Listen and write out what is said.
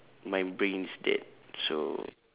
my brain is dead so